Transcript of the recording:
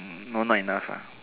um no not enough lah